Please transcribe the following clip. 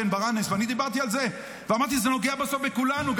אני דיברתי על זה ואמרתי: זה נוגע בסוף בכולנו.